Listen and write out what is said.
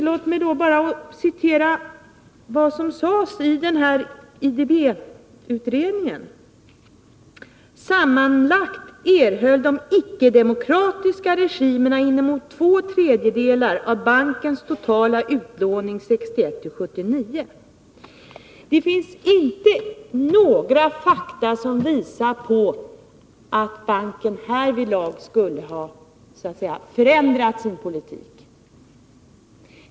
Låt mig citera vad som sades i IDB-utredningen: ”Sammanlagt erhöll de icke-demokratiska regimerna in emot två tredjedelar av bankens totala utlåning 1961-1979.” Det finns inte några fakta som visar på att banken härvidlag skulle ha förändrat sin politik.